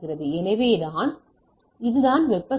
எனவே இதுதான் வெப்ப சத்தம்